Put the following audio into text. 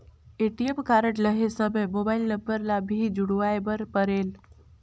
ATM card लहे समय mobile number ला भी जुड़वाए बर परेल?